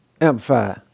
Amplify